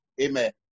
Amen